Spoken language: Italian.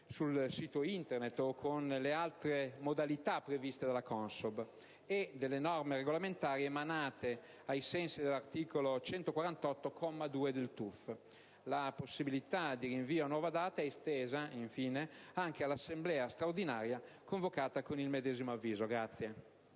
sul sito Internet o con le altre modalità previste dalla CONSOB e dalle norme regolamentari emanate ai sensi dell'articolo 148, comma 2, del TUF. La possibilità di rinvio a nuova data è estesa, infine, anche all'assemblea straordinaria convocata con il medesimo avviso.